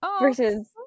versus